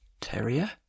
Terrier